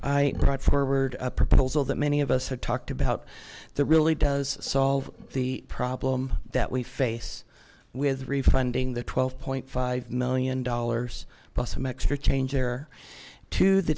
i brought forward a proposal that many of us have talked about the really does solve the problem that we face with refunding the twelve point five million dollars plus some extra change there to the